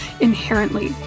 inherently